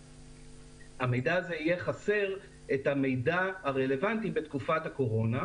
המידע הזה יהיה חסר את המידע הרלוונטי בתקופת הקורונה.